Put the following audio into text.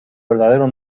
verdadero